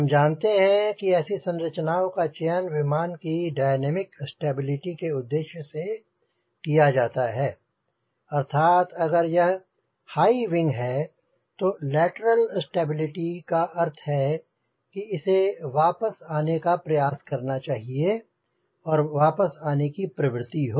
हम जानते हैं की ऐसी संरचनाओं का चयन विमान की डायनामिक स्टेबिलिटी के उद्देश्य से किया जाता है अर्थात अगर यह हाईविंग है तो लेटरल स्टेबिलिटी का अर्थ है कि इसे वापस आने का प्रयास करना चाहिए और वापस आने की प्रवृत्ति हो